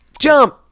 Jump